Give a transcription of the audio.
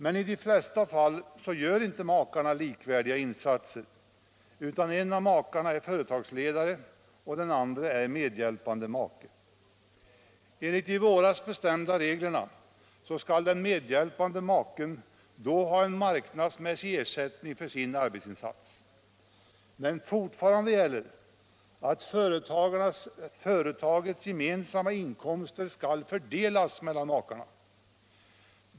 Men i de flesta fall gör inte makarna likvärdiga insatser, utan en av dem är företagsledare, medan den andre är medhjälpande make. Enligt de i våras bestämda reglerna skall den medhjälpande maken då ha en marknadsmässig ersättning för sin arbetsinsats, men fortfarande gäller att företagets gemensamma inkomster skall fördelas mellan makarna.